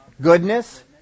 goodness